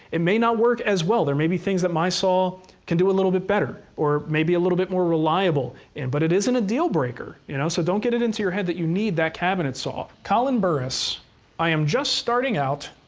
it may not work as well, there may be things that my saw can do a little bit better, or maybe a little bit more reliable, and but it isn't a deal-breaker. you know so don't get it into your head that you need that cabinet saw. collin burris i am just starting out,